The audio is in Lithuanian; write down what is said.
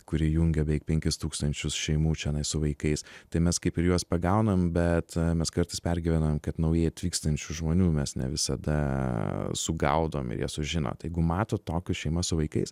kuri jungia beveik penkis tūkstančius šeimų čionai su vaikais tai mes kaip ir juos pagaunam bet mes kartais pergyvenam kad naujai atvykstančių žmonių mes ne visada sugaudom ir jie sužino tai jeigu matot tokius šeima su vaikais